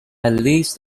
list